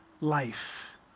life